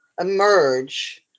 emerge